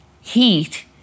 heat